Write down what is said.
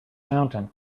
mountain